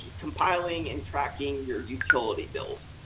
compiling and tracking your utility bills.